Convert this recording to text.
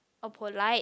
oh polite